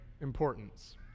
importance